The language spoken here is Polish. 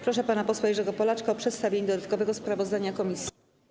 Proszę pana posła Jerzego Polaczka o przedstawienie dodatkowego sprawozdania komisji.